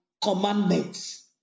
commandments